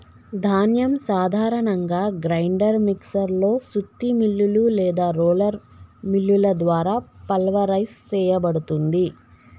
ధాన్యం సాధారణంగా grinder mixer లో సుత్తి మిల్లులు లేదా రోలర్ మిల్లుల ద్వారా పల్వరైజ్ సేయబడుతుంది